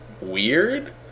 weird